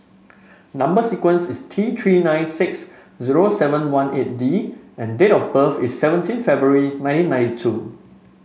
number sequence is T Three nine six zero seven one eight D and date of birth is seventeen February nineteen ninety two